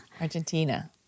Argentina